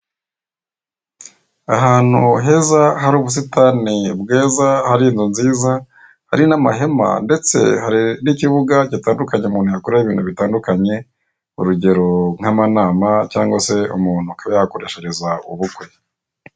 Ahantu heza, hari ubusitani bwiza, hari inzu nziza, hari n'amahema, ndetse hari n'ikibuga gitandukanye umuntu yakoreraho ibintu bitandukanye, urugero: nk'amanama, cyangwa se umuntu akaba yahakoreshereza ubukwe.